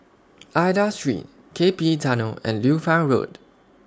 Aida Street KPE Tunnel and Liu Fang Road